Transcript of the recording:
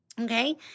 Okay